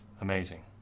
Amazing